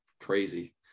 crazy